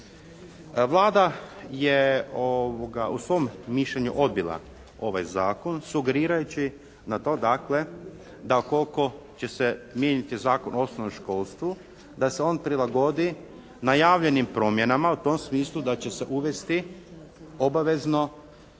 Vlada je u svom mišljenju odbila ovaj Zakon sugerirajući na to dakle da koliko će se mijenjati Zakon o osnovnom školstvu da se on prilagodi najavljenim promjenama u tom smislu da će se uvesti obavezno,